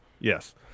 Yes